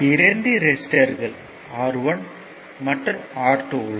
இரண்டு ரெசிஸ்டர்கள் R1 மற்றும் R2 உள்ளது